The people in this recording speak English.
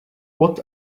what